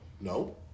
no